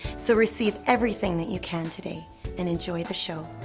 so receive everything that you can today and enjoy the show.